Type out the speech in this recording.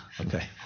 Okay